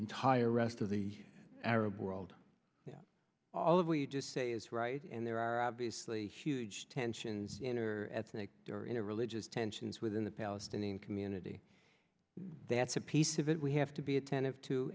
entire rest of the arab world all of what you just say is right and there are obviously huge tensions in or ethnic or religious tensions within the palestinian community that's a piece of it we have to be attentive to